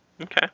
Okay